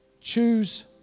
choose